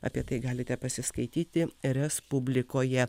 apie tai galite pasiskaityti respublikoje